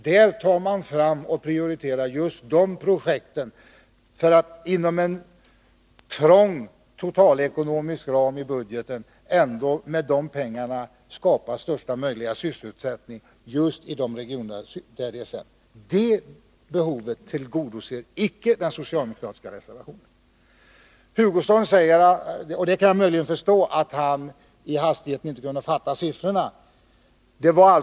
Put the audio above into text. I det paketet prioriteras just de projekt som går ut på att man inom en trång totalekonomisk ram ändå skall kunna skapa största möjliga sysselsättning i de regioner där läget är sämst. Det behovet tillgodoser inte den socialdemokratiska reservationen. Herr Hugosson säger, och det kan jag möjligen förstå, att han i hastigheten inte kunde fatta siffrorna. Jag skall upprepa dem.